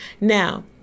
Now